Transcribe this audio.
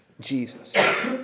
Jesus